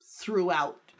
throughout